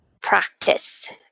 practice